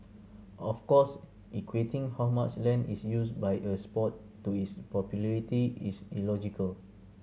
of course equating how much land is used by a sport to its popularity is illogical